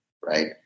right